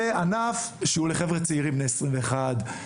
זה ענף שהוא לחבר'ה צעירים בני עשרים ואחת,